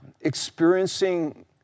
experiencing